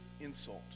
insult